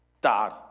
Dad